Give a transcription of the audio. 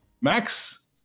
Max